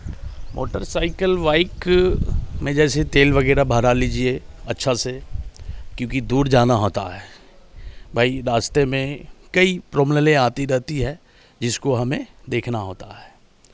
motor cycle bike में जैसे तेल वगैरह भरा लीजिए क्योंकि दूर जाना होता है भाई रास्ते में कई प्रॉब्लमें आते रहती है जिसको हमें देखना होता है